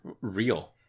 real